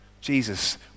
Jesus